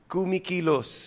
Kumikilos